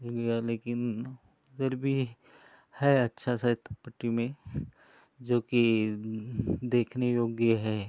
भूल गया लेकिन उधर भी है अच्छा सा पट्टी में जो कि देखने योग्य है